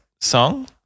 song